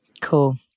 Cool